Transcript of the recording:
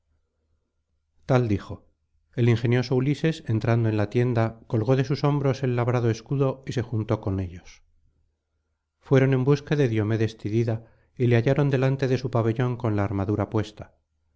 tal dijo el ingenioso ulises entrando en la tienda colgó de sus hombros el labrado escudo y se juntó con ellos fueron en busca de diomedes tidida y le hallaron delante de su pabellón con la armadura puesta sus